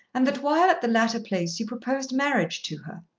and that while at the latter place you proposed marriage to her.